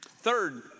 Third